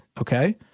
Okay